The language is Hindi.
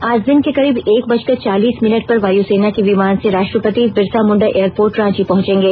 आज दिन के करीब एक बजकर चालीस मिनट पर वायुसेना के विमान से राष्ट्रपति बिरसा मुण्डा एयरपोर्ट रांची पहुंचेंगे